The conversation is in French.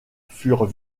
furent